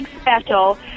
special